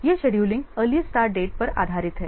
यह scheduling earliest start date पर आधारित है